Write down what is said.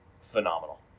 phenomenal